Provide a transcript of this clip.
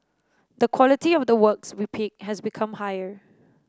the quality of the works we pick has become higher